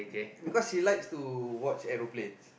because she likes to watch aeroplanes